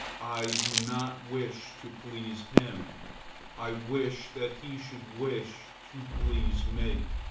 i do not wish to please him i wish that he should wish to please me.